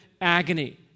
agony